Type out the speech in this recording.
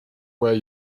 way